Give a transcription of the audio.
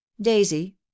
daisy